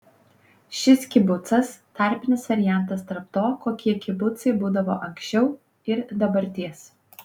šis kibucas tarpinis variantas tarp to kokie kibucai būdavo anksčiau ir dabarties